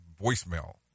voicemail